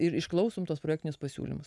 ir išklausom tuos projektinius pasiūlymus